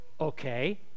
Okay